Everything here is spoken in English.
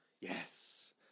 Yes